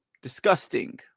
Disgusting